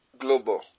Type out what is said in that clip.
global